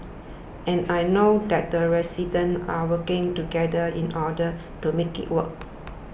and I know that the residents are working together in order to make it work